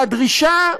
והדרישה,